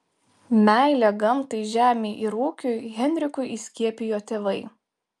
meilę gamtai žemei ir ūkiui henrikui įskiepijo tėvai